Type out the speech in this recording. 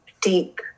deep